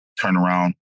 turnaround